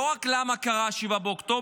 לא רק על למה קרה 7 באוקטובר,